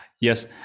yes